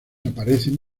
aparecen